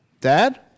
Dad